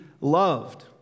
loved